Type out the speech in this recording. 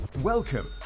Welcome